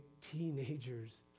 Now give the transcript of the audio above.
teenagers